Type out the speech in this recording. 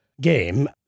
game